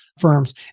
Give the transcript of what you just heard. firms